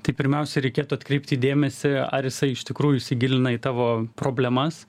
tai pirmiausia reikėtų atkreipti dėmesį ar jisai iš tikrųjų įsigilina į tavo problemas